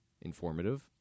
informative